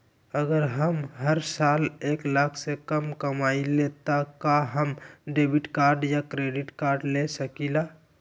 अगर हम हर साल एक लाख से कम कमावईले त का हम डेबिट कार्ड या क्रेडिट कार्ड ले सकीला?